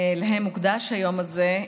שלהם מוקדש היום הזה,